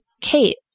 kate